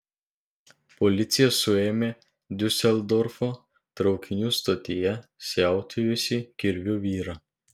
policija suėmė diuseldorfo traukinių stotyje siautėjusį kirviu vyrą